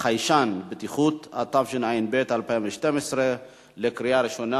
חיישן בטיחות), התשע"ב 2012, קריאה ראשונה.